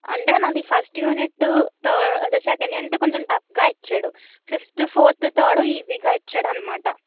అంటే నాది first unit అదే సెకండ్ యూనిట్ కొంచెం టఫ్గా ఇచ్చాడు ఫిఫ్త్ ఫోర్త్ థర్డ్ ఈజీగా ఇచ్చాడు అన్నమాట